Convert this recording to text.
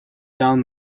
down